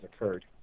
occurred